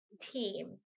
team